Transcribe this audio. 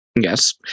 yes